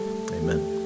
amen